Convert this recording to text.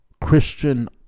Christian